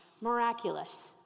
Miraculous